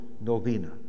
novena